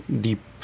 Deep